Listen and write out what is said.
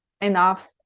enough